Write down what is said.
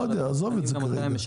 לא יודע, עזוב את זה כרגע.